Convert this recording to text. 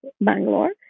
Bangalore